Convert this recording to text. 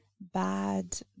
bad